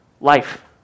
life